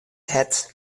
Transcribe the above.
hert